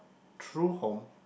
true home